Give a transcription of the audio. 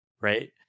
right